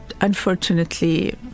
unfortunately